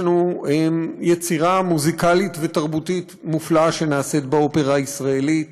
יש לנו יצירה מוזיקלית ותרבותית מופלאה שנעשית באופרה הישראלית.